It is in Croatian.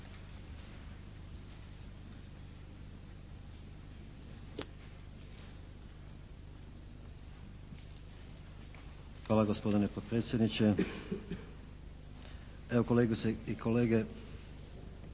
Hvala gospodine potpredsjedniče. Evo kolegice i kolege,